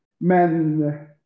men